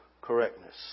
correctness